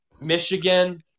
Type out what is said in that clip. Michigan